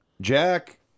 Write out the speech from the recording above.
Jack